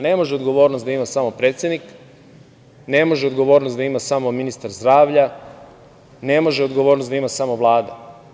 Ne može odgovornost da ima samo predsednik, ne može odgovornost da ima samo ministar zdravlja, ne može odgovornost da ima samo Vlada.